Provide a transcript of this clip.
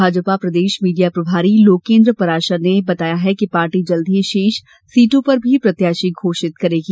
भाजपा प्रदेश मीडिया प्रभारी लोकेंद्र पाराशर ने बताया कि पार्टी जल्द ही शेष सीटों पर भी प्रत्याशी घोषित करेगी